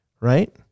right